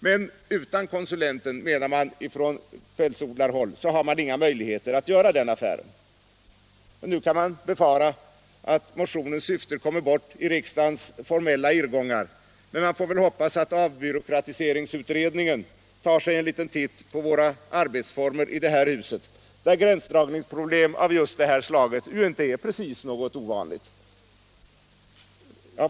Men utan konsulenten, menar man från pälsdjursuppfödarhåll, har man inga möjligheter att göra den affären. Nu kan det befaras att motionens syfte kommer bort i riksdagens formella irrgångar, men vi får hoppas att avbyråkratiseringsutredningen tar sig en liten titt på våra arbetsformer i detta hus, där gränsdragningsproblem av just det här slaget inte är något ovanligt.